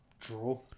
draw